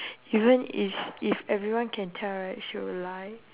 even is if everyone can tell right she will lie